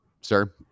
Sir